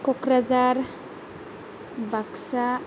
Kokrajhar Baksa